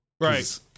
Right